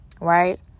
right